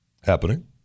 happening